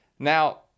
Now